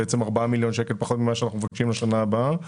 בעצם 4 מיליון שקלים פחות ממה שאנחנו מבקשים בשנה הבאה.